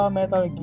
Metal